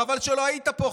חבל שלא היית פה,